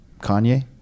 Kanye